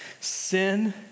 Sin